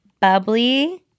Bubbly